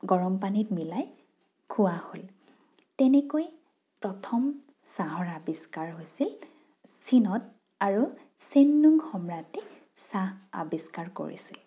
গৰমপানীত মিলাই খোৱা হ'ল তেনেকৈ প্ৰথম চাহৰ আবিষ্কাৰ হৈছিল চীনত আৰু চিননুং সম্ৰাটে চাহ আবিষ্কাৰ কৰিছিল